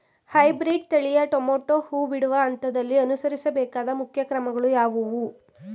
Hybrid ತಳಿಯ tomato ಹೂ ಬಿಡುವ ಹಂತದಲ್ಲಿ ಅನುಸರಿಸಬೇಕಾದ ಮುಖ್ಯ ಕ್ರಮಗಳು ಯಾವುವು?